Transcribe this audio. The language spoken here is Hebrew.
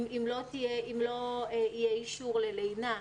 אם לא יהיה אישור ללינה,